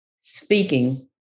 speaking